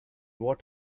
what